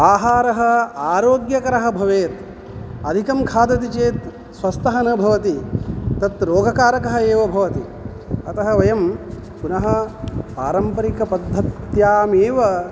आहारः आरोग्यकरः भवेत् अधिकं खादति चेत् स्वस्थः न भवति तत् रोगकारकः एव भवति अतः वयं पुनः पारम्परिकपद्धत्यामेव